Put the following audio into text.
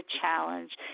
challenge